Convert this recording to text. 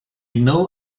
know